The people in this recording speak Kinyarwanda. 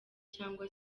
cyangwa